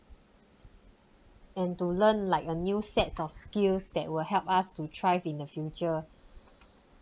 and to learn like a new set of skills that will help us to thrive in the future